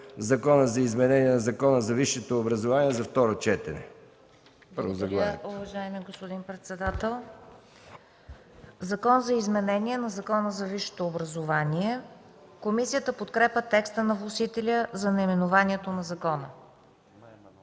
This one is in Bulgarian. Закона за изменение на Закона за висшето образование за второ четене.